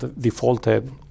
defaulted